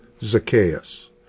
Zacchaeus